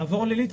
לעבור לליטרים.